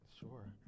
sure